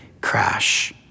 crash